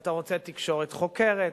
ואתה רוצה תקשורת חוקרת,